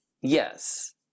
Yes